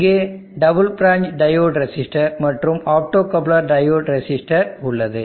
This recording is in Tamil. இங்கு டபுள் பிரான்ச் டையோடு ரெசிஸ்டர் மற்றும் ஆப்டோகப்ளர் டையோடு ரெசிஸ்டர் உள்ளது